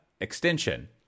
extension